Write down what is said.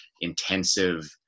intensive